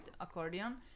accordion